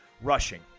Rushing